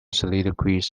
soliloquies